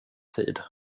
tid